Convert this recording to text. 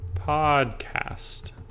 podcast